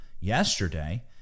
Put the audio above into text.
yesterday